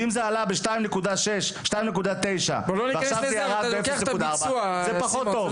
ואם זה עלה ב-2.9 ועכשיו זה ירד ב-0.4 זה פחות טוב.